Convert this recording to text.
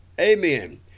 Amen